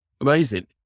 Amazing